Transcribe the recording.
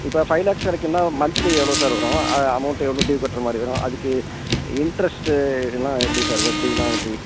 இப்போ ஃபைவ் லேக்ஸ் கிடைக்கும்னா மன்த்லி எவ்வளவு சார் வரும் அதாவது அமௌண்ட் எவ்வளவு ட்யூ கட்டுற மாதிரி வரும் அதுக்கு இண்ட்ரஸ்ட்டு எல்லாம் எப்டி சார் வட்டியெல்லாம் எப்படி